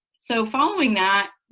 so following that